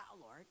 Lord